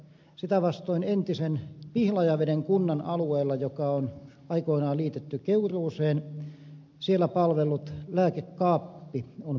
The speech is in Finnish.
sitä vastoin entisen pihlajaveden kunnan alueella joka on aikoinaan liitetty keuruuseen palvellut lääkekaappi on poistunut